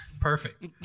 Perfect